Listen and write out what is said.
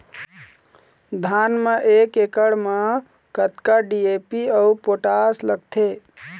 धान म एक एकड़ म कतका डी.ए.पी अऊ पोटास लगथे?